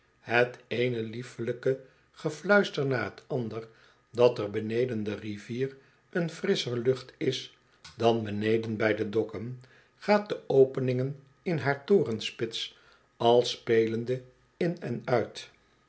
het eene liefelijke gefluister na t ander dat er beneden de rivier een frisschcr lucht is dan beneden bij de dokken gaat de openingen in haar torenspits al spelende in en uit